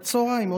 בצוהריים,